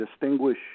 distinguish